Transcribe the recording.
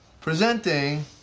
Presenting